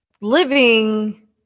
living